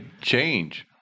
change